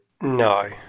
No